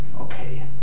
Okay